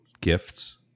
gifts